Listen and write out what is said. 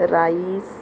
rise